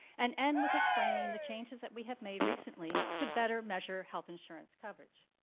and end with explaining the changes that we have made recently to better measure health insurance coverage.